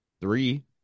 three